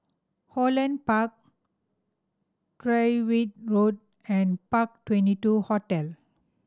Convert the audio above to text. Holland Park Tyrwhitt Road and Park Twenty two Hotel